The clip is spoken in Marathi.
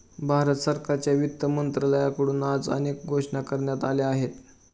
भारत सरकारच्या वित्त मंत्रालयाकडून आज अनेक घोषणा करण्यात आल्या आहेत